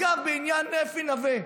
אגב, בעניין אפי נווה,